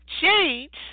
change